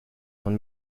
von